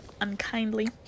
unkindly